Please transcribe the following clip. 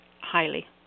highly